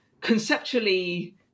conceptually